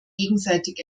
gegenseitig